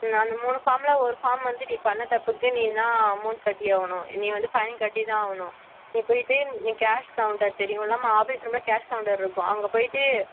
நீ அந்த மூணு ஃபார்மில் ஒரு ஃபார்ம் வந்து நீ பண்ண தப்புக்கு நீதான் அமௌன்ட் கட்டி ஆகணும் நீ வந்து ஃபைன் கட்டிதான் ஆகணும் நீ போயிட்டு கேஷ் கவுண்டர் தெரியுமிலமா ஆஃபீஸ் ரூமில் கேஷ் கவுண்டர் இருக்கும் அங்கே போயிட்டு